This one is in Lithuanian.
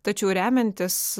tačiau remiantis